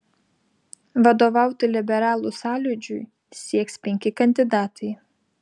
vadovauti liberalų sąjūdžiui sieks penki kandidatai